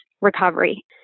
recovery